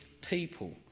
people